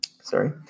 Sorry